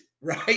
right